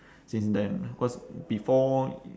since then cause before